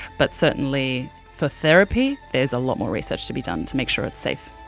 but certainly for therapy there's a lot more research to be done to make sure it's safe.